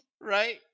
Right